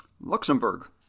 Luxembourg